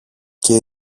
και